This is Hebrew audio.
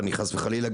חס וחלילה,